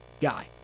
guy